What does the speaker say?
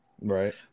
Right